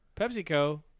PepsiCo